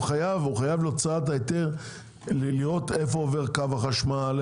הוא חייב להוצאת היתר לראות איפה עובר קו החשמל,